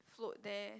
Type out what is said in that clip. float there